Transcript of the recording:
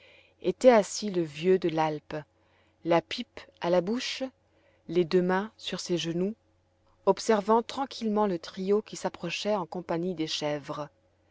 était assis le vieux de l'alpe la pipe à la bouche les deux mains sur ses genoux observant tranquillement le trio qui s'approchait en compagnie des chèvres